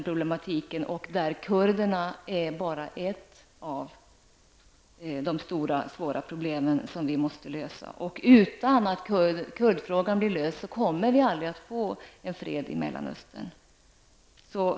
Problemet med kurderna är bara ett av de stora svåra problem som vi måste lösa. Om inte kurdfrågan blir löst kommer vi aldrig att få fred i Mellanöstern.